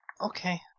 Okay